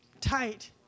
tight